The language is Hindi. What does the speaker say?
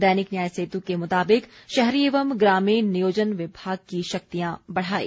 दैनिक न्याय सेतु के मुताबिक शहरी एवं ग्रामीण नियोजन विभाग की शक्तियां बढ़ाईं